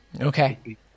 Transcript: Okay